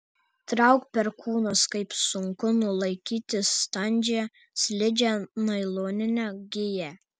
trauk perkūnas kaip sunku nulaikyti standžią slidžią nailoninę giją